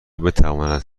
بتواند